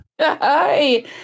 Hi